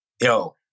yo